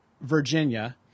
Virginia